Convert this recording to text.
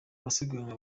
abasiganwa